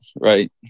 right